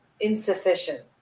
insufficient